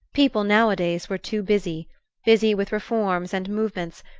people nowadays were too busy busy with reforms and movements,